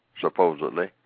supposedly